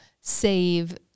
save